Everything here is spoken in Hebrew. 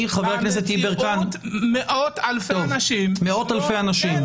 במציאות מאות-אלפי אנשים- -- אני